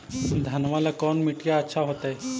घनमा ला कौन मिट्टियां अच्छा होतई?